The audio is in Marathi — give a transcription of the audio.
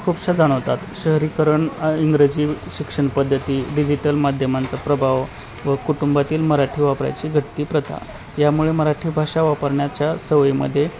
खूपशा जाणवतात शहरीकरण इंग्रजी शिक्षण पद्धती डिजिटल माध्यमांचा प्रभाव व कुटुंबातील मराठी वापरायची घटती प्रथा यामुळे मराठी भाषा वापरण्याच्या सवयीमध्ये